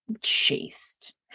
Chased